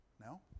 No